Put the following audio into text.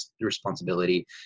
responsibility